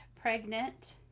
pregnant